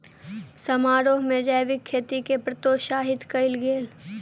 समारोह में जैविक खेती के प्रोत्साहित कयल गेल